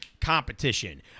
competition